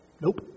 Nope